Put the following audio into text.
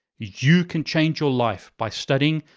you can change your life by studying.